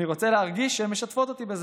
אני רוצה להרגיש שהם משתפות אותי,